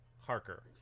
Harker